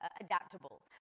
adaptable